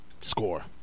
score